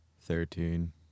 Thirteen